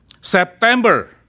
September